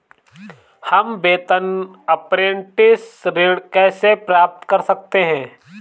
हम वेतन अपरेंटिस ऋण कैसे प्राप्त कर सकते हैं?